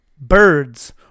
Birds